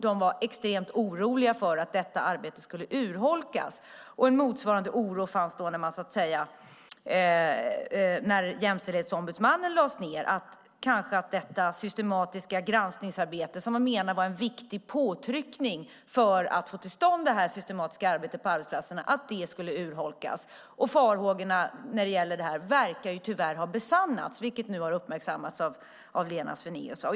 De var extremt oroliga för att detta arbete skulle urholkas. När Jämställdhetsombudsmannen lades ned fanns en motsvarande oro för att detta systematiska granskningsarbete, som man menar innebar en viktig påtryckning för att få till stånd det systematiska arbetet på arbetsplatserna, skulle urholkas. Farhågorna när det gäller detta verkar tyvärr ha besannats, vilket nu har uppmärksammats av Lena Svenaeus.